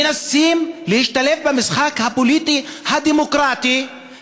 מנסים להשתלב במשחק הפוליטי הדמוקרטי,